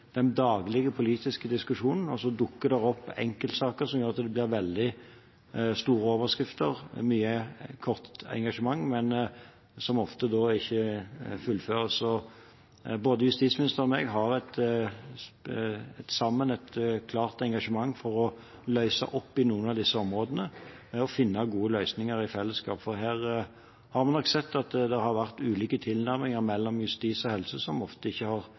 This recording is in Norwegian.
den daglige politiske diskusjonen, og så dukker det opp enkeltsaker som gjør at det blir veldig store overskrifter og mye kort engasjement, men som da ofte ikke fullføres. Så både justisministeren og jeg har, sammen, et klart engasjement for å løse opp i noen av disse områdene ved å finne gode løsninger i fellesskap. For her har vi nok sett at det har vært ulike tilnærminger mellom justis og helse, som ofte ikke nødvendigvis har